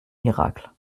miracles